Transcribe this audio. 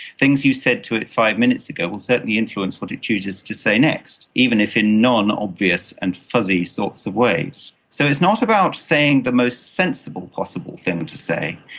things you said to it five minutes ago will certainly influence what it chooses to say next, even if in non-obvious and fuzzy sorts of ways. so it's not about saying the most sensible possible thing to say,